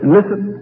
Listen